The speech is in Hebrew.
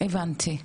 הבנתי.